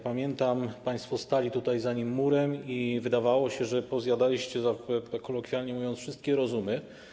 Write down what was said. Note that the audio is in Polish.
Państwo stali tutaj za nim murem i wydawało się, że pozjadaliście, kolokwialnie mówiąc, wszystkie rozumy.